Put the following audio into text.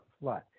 flood